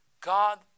God